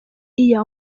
year